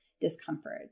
discomfort